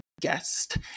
guest